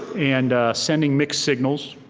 and sending mixed signals.